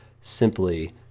simply